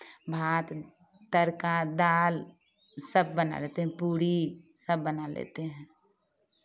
भात तड़का दाल सब बना लेते हैं पूड़ी सब बना लेते हैं